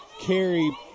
carry